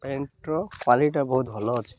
ପ୍ୟାଣ୍ଟ୍ର କ୍ଵାଲିଟିଟା ବହୁତ ଭଲ ଅଛି